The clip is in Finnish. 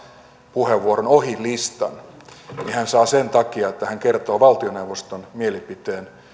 puheenvuoron ohi listan niin hän saa sen sen takia että hän kertoo valtioneuvoston mielipiteen